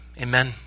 Amen